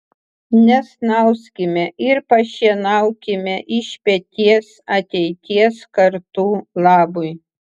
nesnauskime ir pašienaukime iš peties ateities kartų labui